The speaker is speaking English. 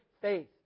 faith